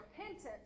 repentance